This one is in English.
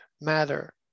matter